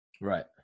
right